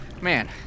Man